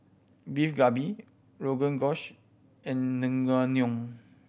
Beef Galbi Rogan Josh and Naengmyeon